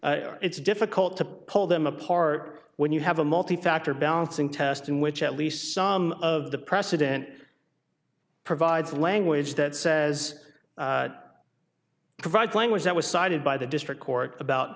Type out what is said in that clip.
it's difficult to pull them apart when you have a multi factor balancing test in which at least some of the precedent provides language that says provide language that was cited by the district court about